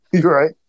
Right